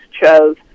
chose